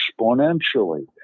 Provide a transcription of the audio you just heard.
exponentially